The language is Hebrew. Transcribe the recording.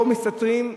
או מסתתרים,